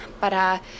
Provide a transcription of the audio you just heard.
para